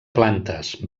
plantes